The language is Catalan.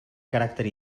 caràcter